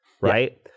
right